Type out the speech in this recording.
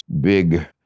big